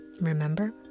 remember